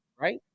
right